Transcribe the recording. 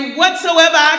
whatsoever